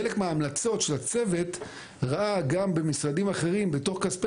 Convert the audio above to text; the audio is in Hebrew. חלק מההמלצות של הצוות ראה גם במשרדים אחרים בתוך כספי